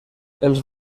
els